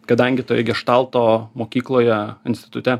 kadangi toje geštalto mokykloje institute